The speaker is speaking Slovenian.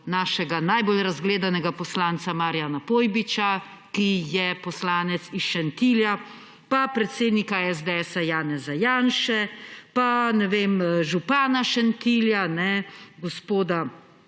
našega najbolj razgledanega poslanca Marijana Pojbiča, ki je poslanec iz Šentilja, pa predsednika SDS Janeza Janše pa župana Šentilja gospoda